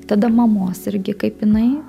tada mamos irgi kaip jinai